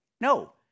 No